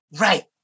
right